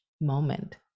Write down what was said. moment